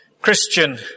Christian